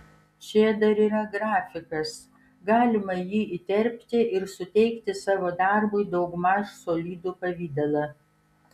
čia dar yra grafikas galima jį įterpti ir suteikti savo darbui daugmaž solidų pavidalą